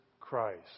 Christ